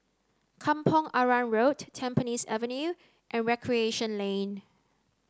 Kampong Arang Road Tampines Avenue and Recreation Lane